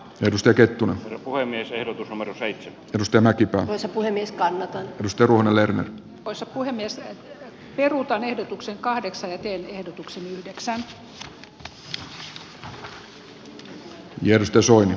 risto kettunen puhemies eero hamarus ei nosta näki puhemies painottaa turunen leena osa puhemiestä ja luotan ehdotuksen kahdeksan eteni voittaneesta mietintöä vastaan